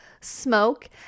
smoke